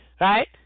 right